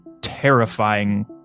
terrifying